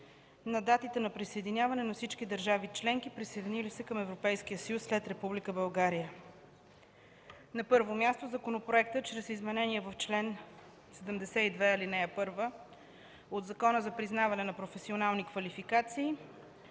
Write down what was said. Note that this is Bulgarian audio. на датите на присъединяване на всички държави членки, присъединили се към Европейския съюз след Република България. На първо място, законопроектът чрез изменения в чл. 72, ал. 1 от Закона за признаване на професионални квалификации